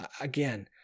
again